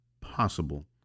possible